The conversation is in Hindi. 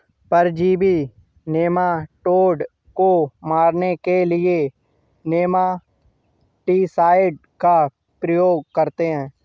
परजीवी नेमाटोड को मारने के लिए नेमाटीसाइड का प्रयोग करते हैं